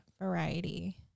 variety